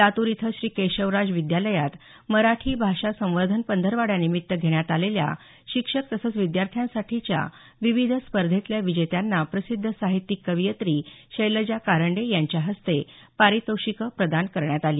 लातूर इथं श्री केशवराज विद्यालयात मराठी भाषा संवर्धन पंधरवड्यानिमित्त घेण्यात आलेल्या शिक्षक तसंच विद्यार्थ्यांसाठीच्या विविध स्पर्धेतल्या विजेत्यांना प्रसिद्ध साहित्यिक कवयित्री शैलजा कारंडे यांच्या हस्ते पारितोषिकं प्रदान करण्यात आली